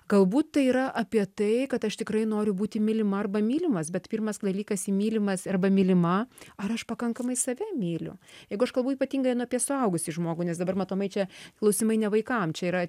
galbūt tai yra apie tai kad aš tikrai noriu būti mylima arba mylimas bet pirmas dalykas į mylimas arba mylima ar aš pakankamai save myliu jeigu aš kalbu ypatingai nu apie suaugusį žmogų nes dabar matomai čia klausimai ne vaikam čia yra